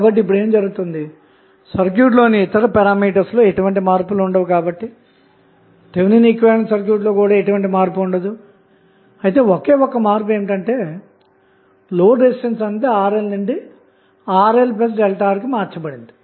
కాబట్టి ఇప్పుడు ఏమి జరుగుతుంది సర్క్యూట్ లోని ఇతర పారామితులు లో ఎటువంటి మార్పులు ఉండదు కాబట్టి థెవినిన్ ఈక్వివలెంట్ సర్క్యూట్ లో కూడా ఎటువంటి మార్పు ఉండదు అయితే ఒకే ఒక్క మార్పు ఏమిటంటే లోడ్ రెసిస్టెన్స్ అన్నది RL నుంచి RLΔR కి మార్చబడింది